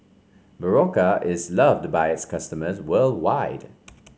Berocca is loved by its customers worldwide